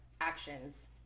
actions